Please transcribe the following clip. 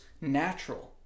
natural